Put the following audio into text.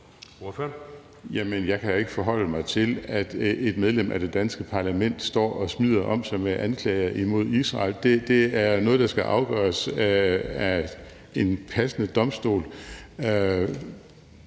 jeg kan ikke forholde mig til, at et medlem af det danske parlament står og smider om sig med anklager imod Israel. Det er noget, der skal afgøres af en passende domstol.